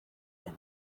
him